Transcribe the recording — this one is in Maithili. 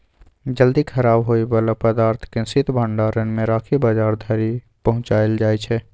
जल्दी खराब होइ बला पदार्थ केँ शीत भंडारण मे राखि बजार धरि पहुँचाएल जाइ छै